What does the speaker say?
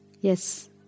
Yes